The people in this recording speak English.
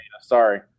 sorry